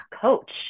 coach